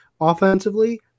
offensively